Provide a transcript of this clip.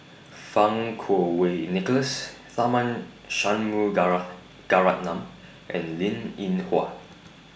Fang Kuo Wei Nicholas Tharman and Linn in Hua